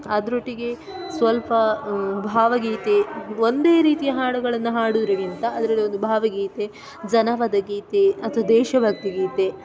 ಅದರೊಟ್ಟಿಗೆ ಸ್ವಲ್ಪ ಭಾವಗೀತೆ ಒಂದೇ ರೀತಿಯ ಹಾಡುಗಳನ್ನು ಹಾಡುವುದಕ್ಕಿಂತ ಅದರಲ್ಲಿ ಒಂದು ಭಾವಗೀತೆ ಜನಪದ ಗೀತೆ ಅಥವಾ ದೇಶಭಕ್ತಿ ಗೀತೆ